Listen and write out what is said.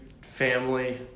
family